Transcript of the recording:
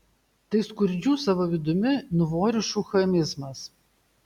tai skurdžių savo vidumi nuvorišų chamizmas